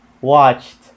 watched